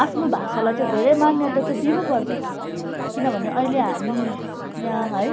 आफ्नो भाषालाई चाहिँ धेरै मान्यता चाहिँ दिनु पर्छ किनभने अहिले हामी यहाँ है